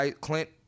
Clint